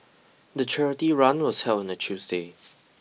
the charity run was held on a Tuesday